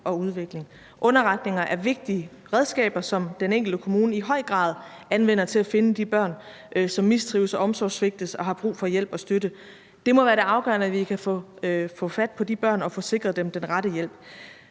og udvikling. Underretninger er vigtige redskaber, som den enkelte kommune i høj grad anvender til at finde de børn, som mistrives og omsorgssvigtes og har brug for hjælp og støtte. Det må være det afgørende, at vi kan få fat på de børn og få sikret dem den rette hjælp.